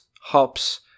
hops